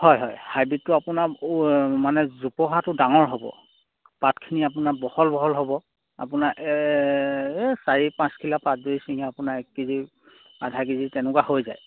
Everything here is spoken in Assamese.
হয় হয় হাইব্ৰ্ৰীডটো আপোনাৰ মানে জোপোহাটো ডাঙৰ হ'ব পাতখিনি আপোনাৰ বহল বহল হ'ব আপোনাৰ এই চাৰি পাঁচখিলা পাত যদি চিঙে আপোনাৰ এক কেজি আধা কেজি তেনেকুৱা হৈ যায়